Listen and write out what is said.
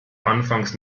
anfangs